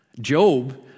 Job